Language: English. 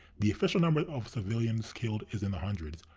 the official number of civilians killed is in the hundreds,